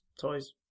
toys